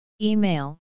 Email